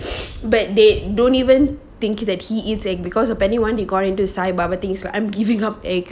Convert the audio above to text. but they don't even think that he eats egg because of anyone they got into sai baba things like I'm giving up egg